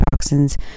toxins